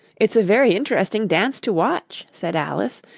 it's a very interesting dance to watch said alice,